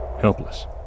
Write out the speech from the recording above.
Helpless